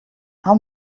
how